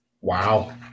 Wow